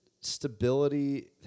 stability